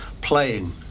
playing